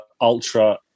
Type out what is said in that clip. ultra